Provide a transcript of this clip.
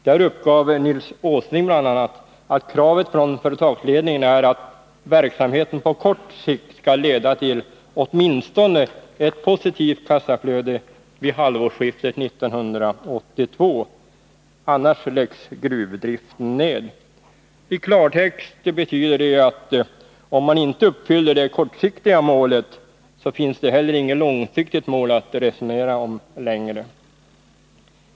Där uppgav Nils Åsling bl.a. att kravet från företagsledningen är att verksamheten på kort sikt skall leda till åtminstone ett positivt kassaflöde vid halvårsskiftet 1982. Annars läggs gruvdriften ned. I klartext betyder det att om man inte uppfyller det kortsiktiga målet, finns det heller inget långsiktigt mål att resonera om längre.